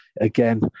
again